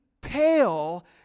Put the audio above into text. pale